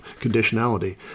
conditionality